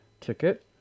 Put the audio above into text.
ticket